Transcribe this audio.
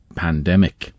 pandemic